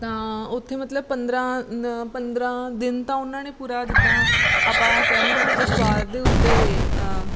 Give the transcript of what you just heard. ਤਾਂ ਉੱਥੇ ਮਤਲਬ ਪੰਦਰਾਂ ਪੰਦਰਾਂ ਦਿਨ ਤਾਂ ਉਹਨਾਂ ਨੇ ਪੂਰਾ ਜਿੱਦਾਂ ਆਪਾਂ ਕਹਿੰਦੇ ਹਾਂ ਵੀ ਅਖਬਾਰ ਦੇ ਉੱਤੇ